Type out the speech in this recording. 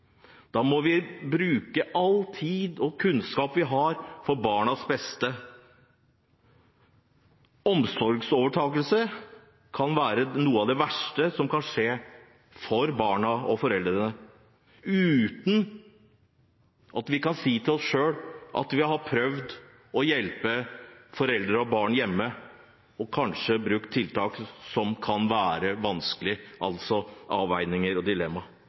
Da må vi bruke all tid og kunnskap vi har, på barnas beste. Omsorgsovertakelse kan være noe av det verste som kan skje for barna og foreldrene. Vi må kunne si til oss selv at vi har prøvd å hjelpe foreldre og barn hjemme, kanskje brukt tiltak som kan være vanskelige, altså gjort avveininger ved dilemma.